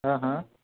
हँ हँ